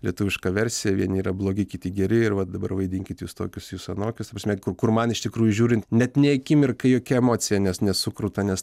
lietuviška versija vieni yra blogi kiti geri ir va dabar vaidinkit jūs tokius jūs anokius ta prasme kur man iš tikrųjų žiūrint net nei akimirkai jokia emocija nes nesukruta nes